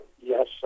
yes